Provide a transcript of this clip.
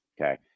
okay